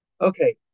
Okay